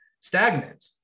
stagnant